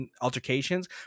altercations